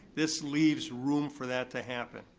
this leaves room for that to happen.